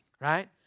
right